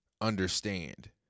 understand